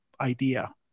idea